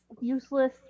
useless